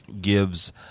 gives